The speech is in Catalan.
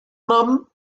nom